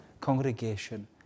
congregation